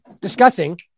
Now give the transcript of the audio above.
discussing